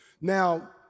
Now